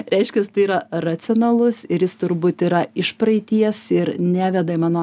reiškias tai yra racionalus ir jis turbūt yra iš praeities ir neveda į mano